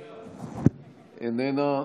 איננה,